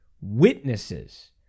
witnesses